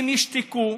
הם ישתקו.